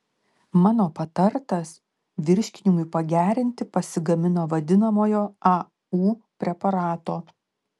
mano patartas virškinimui pagerinti pasigamino vadinamojo au preparato